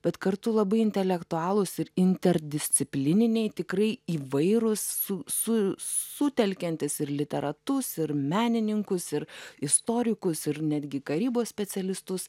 bet kartu labai intelektualūs ir interdisciplininiai tikrai įvairūs su su sutelkiantys ir literatus ir menininkus ir istorikus ir netgi karybos specialistus